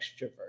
extrovert